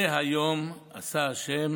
"זה היום עשה ה'